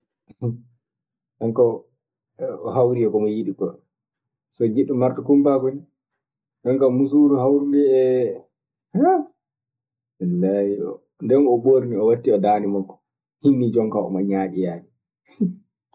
ɗum kaa o hawrii eko mo yiɗi koo. So o jiɗɗo martkumpaaku nii, ɗum kaa muusuuru hawrundu wallaye! Nden o ɓornii o watti e daande makko hinnii jonkaa omo ñaaƴa yaade.